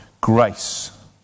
grace